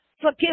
forgive